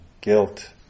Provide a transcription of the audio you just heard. guilt